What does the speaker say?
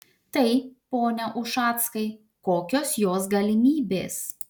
tai pone ušackai kokios jos galimybės